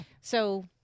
So-